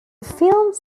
films